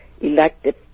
Elected